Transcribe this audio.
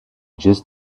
just